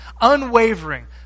unwavering